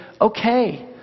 okay